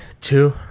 two